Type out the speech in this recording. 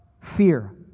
Fear